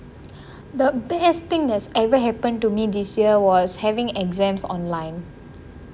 the best think that's ever happened to me this yar was having exams online